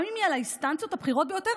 גם אם היא על האינסטנציות הבכירות ביותר?